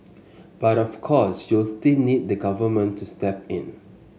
but of course you'll still need the government to step in